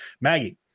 Maggie